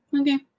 okay